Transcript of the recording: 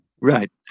Right